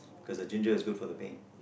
cause the ginger is good for the pain